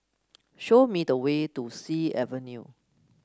show me the way to Sea Avenue